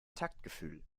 taktgefühl